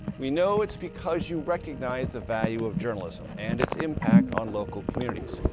we know it's because you recognize the value of journalism and its impact on local communities.